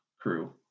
crew